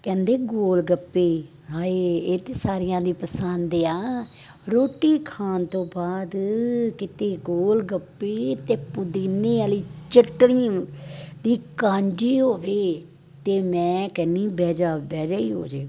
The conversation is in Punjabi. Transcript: ਕਹਿੰਦੇ ਗੋਲਗੱਪੇ ਹਾਏ ਇਹ ਤਾਂ ਸਾਰਿਆਂ ਦੀ ਪਸੰਦ ਆ ਰੋਟੀ ਖਾਣ ਤੋਂ ਬਾਅਦ ਕਿਤੇ ਗੋਲਗੱਪੇ ਅਤੇ ਪੁਦੀਨੇ ਵਾਲੀ ਚਟਨੀ ਦੀ ਕਾਂਜੀ ਹੋਵੇ ਤਾਂ ਮੈਂ ਕਹਿੰਦੀ ਬਹਿ ਜਾ ਬਹਿ ਜਾ ਹੀ ਹੋ ਜੇ